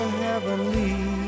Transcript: heavenly